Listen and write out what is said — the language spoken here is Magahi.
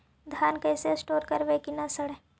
धान कैसे स्टोर करवई कि न सड़ै?